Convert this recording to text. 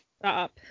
Stop